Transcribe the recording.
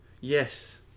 Yes